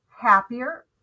happier